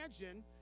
imagine